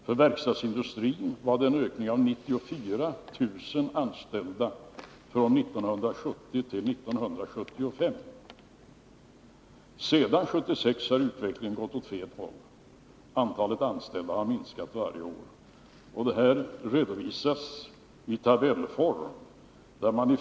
För verkstadsindustrin var det en ökning med 94000 anställda från 1970 till 1975. Sedan 1976 har utvecklingen gått åt fel håll. Antalet anställda har minskat för varje år. Det här redovisas i tabellform.